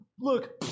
Look